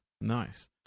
nice